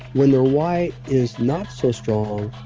when their why is not so strong,